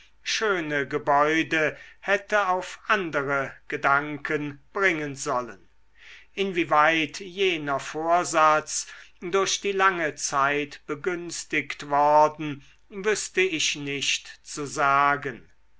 schöne gebäude hätte auf andere gedanken bringen sollen inwieweit jener vorsatz durch die lange zeit begünstigt worden wüßte ich nicht zu sagen